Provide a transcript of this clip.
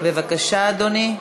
בבקשה, אדוני.